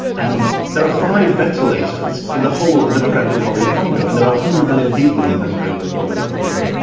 and there are five ventilator's in the whole of the democratic republic of congo and there are one hundred million people in the democratic republic of congo.